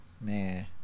man